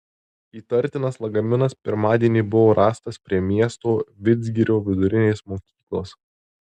įtartinas lagaminas pirmadienį buvo rastas prie miesto vidzgirio vidurinės mokyklos